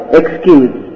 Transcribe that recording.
excuse